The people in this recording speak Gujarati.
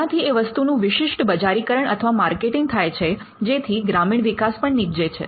એનાથી એ વસ્તુનું વિશિષ્ટ બજારીકરણમાર્કેટિંગ થાય છે જેથી ગ્રામીણ વિકાસ નીપજે છે